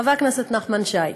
חבר הכנסת נחמן שי,